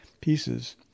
pieces